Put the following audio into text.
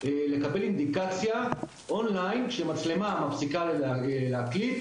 לקבל אינדיקציה און-ליין כשמצלמה מפסיקה להקליט